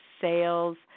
sales